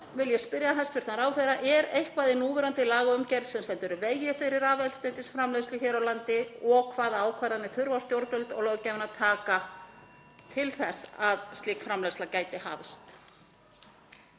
vil ég spyrja hæstv. ráðherra: Er eitthvað í núverandi lagaumgjörð sem stendur í vegi fyrir rafeldsneytisframleiðslu hér á landi og hvaða ákvarðanir þurfa stjórnvöld og löggjafinn að taka til þess að slík framleiðsla gæti hafist?